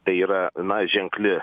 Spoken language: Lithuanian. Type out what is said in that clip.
tai yra na ženkli